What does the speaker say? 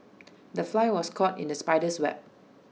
the fly was caught in the spider's web